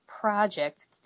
project